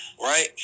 right